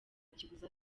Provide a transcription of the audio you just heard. kiguzi